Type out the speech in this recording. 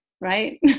right